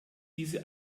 diese